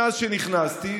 מאז שנכנסתי,